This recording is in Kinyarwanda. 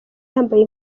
yambaye